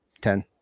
ten